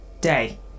day